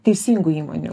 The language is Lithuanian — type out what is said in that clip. teisingų įmonių